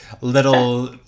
little